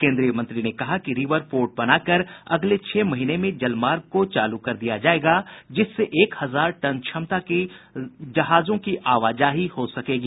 केन्द्रीय मंत्री ने कहा कि रिवर पोर्ट बनाकर अगले छह माह में जलमार्ग को चालू कर दिया जायेगा जिससे एक हजार टन क्षमता की जहाजों की आवाजाही हो सकेगी